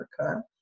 Africa